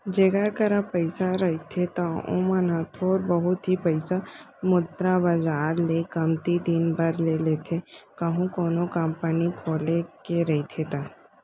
जेखर करा पइसा रहिथे त ओमन ह थोर बहुत ही पइसा मुद्रा बजार ले कमती दिन बर ले लेथे कहूं कोनो कंपनी खोले के रहिथे ता